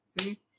see